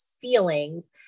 feelings